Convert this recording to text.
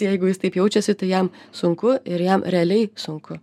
jeigu jis taip jaučiasi tai jam sunku ir jam realiai sunku